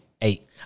Eight